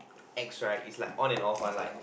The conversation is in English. ex right is like on and off one like